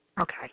Okay